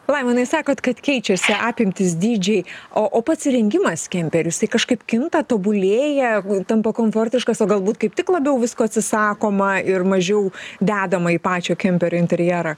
laimonai sakot kad keičiasi apimtys dydžiai o o pats įrengimas kemperių jisai kažkaip kinta tobulėja tampa komfortiškas o galbūt kaip tik labiau visko atsisakoma ir mažiau dedama į pačio kemperio interjerą